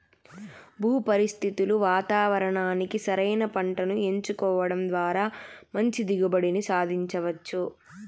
భూ పరిస్థితులు వాతావరణానికి సరైన పంటను ఎంచుకోవడం ద్వారా మంచి దిగుబడిని సాధించవచ్చు